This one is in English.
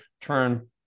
turn